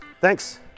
Thanks